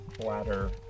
bladder